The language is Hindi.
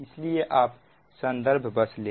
इसलिए आप संदर्भ बस ले